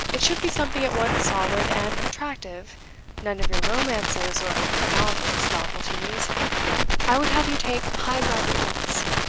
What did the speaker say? it should be something at once solid and attractive none of your romances or anomalous novelties i would have you take high ground at once.